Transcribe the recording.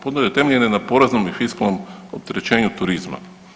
Ponude temeljene na poreznom i fiskalnom opterećenju turizma.